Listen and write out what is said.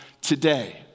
today